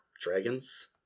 dragons